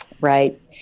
Right